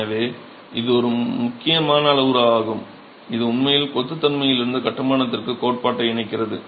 எனவே இது ஒரு முக்கியமான அளவுருவாகும் இது உண்மையில் கொத்து தன்மையிலிருந்து கட்டுமானத்திற்கு கோட்பாட்டை இணைக்கிறது